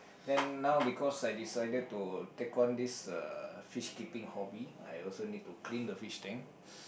then now because I decided to take on this uh fish keeping hobby I also need to clean the fish tank